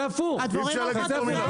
אי אפשר להגיד פה מילה.